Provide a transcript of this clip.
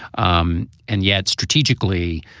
um and yet, strategically,